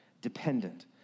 dependent